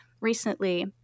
recently